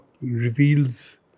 reveals